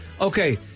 Okay